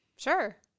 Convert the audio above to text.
Sure